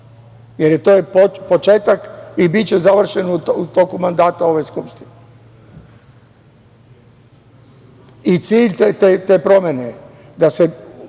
jer je to početak i biće završen u toku mandata ove Skupštine. Cilj te promene, da se